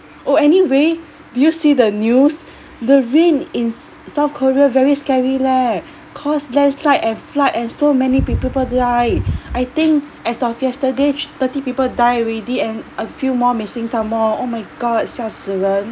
oh anyway did you see the news the rain in south korea very scary leh caused landslide and flood and so many pe~ people die I think as of yesterday thr~ thirty people die already and a few more missing somemore oh my god 吓死人